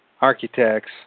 architects